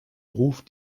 ruf